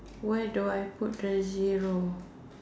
where do I put the zero